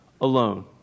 alone